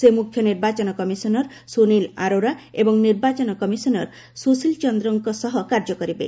ସେ ମୁଖ୍ୟ ନିର୍ବାଚନ କମିଶନର ସୁନୀଲ ଆରୋରା ଏବଂ ନିର୍ବାଚନ କମିଶନର ସୁଶୀଲ ଚନ୍ଦ୍ରଙ୍କ ସହ କାର୍ଯ୍ୟ କରିବେ